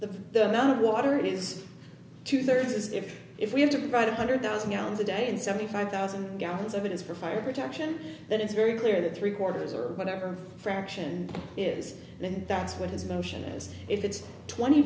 the the amount of water it is two thirds is if if we have to provide a hundred thousand gallons a day and seventy five thousand gallons evidence for fire protection that it's very clear that three quarters or whatever fraction it is then that's what is an ocean as if it's twenty